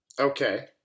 Okay